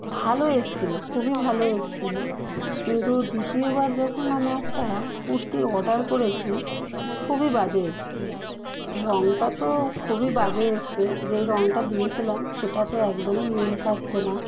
ভালো এসেছিল খুবই ভালো এসেছিল কিন্তু দ্বিতীয়বার যখন আমি একটা কুর্তি অর্ডার করেছি খুবই বাজে এসেছে রংটা তো খুবই বাজে এসেছে যেই রংটা দিয়েছিলাম সেটা তো একদমই মিল খাচ্ছে না